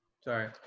sorry